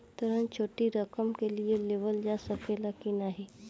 ऋण छोटी रकम के लिए लेवल जा सकेला की नाहीं?